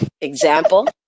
example